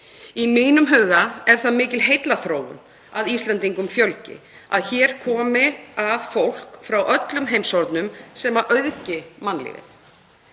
Í mínum huga er það mikil heillaþróun að Íslendingum fjölgi, að hingað komi fólk frá öllum heimshornum sem auðgi mannlífið.